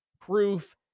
proof